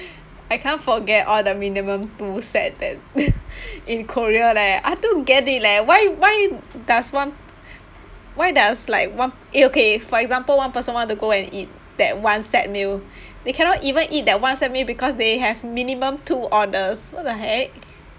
I cannot forget all the minimum two set that in korea leh I don't get it leh why why does one why does like one eh okay for example one person want to go and eat that one set meal they cannot even eat that one set meal because they have minimum two orders what the heck